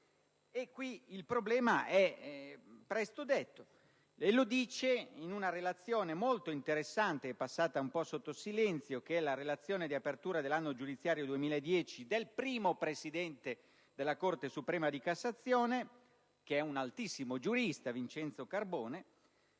Il problema è presto detto: in una relazione molto interessante, passata un po' sotto silenzio, ossia la relazione di apertura dell'anno giudiziario 2010 del primo presidente della Corte suprema di cassazione, che è un altissimo giurista, Vincenzo Carbone,